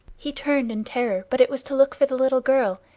he turned in terror, but it was to look for the little girl,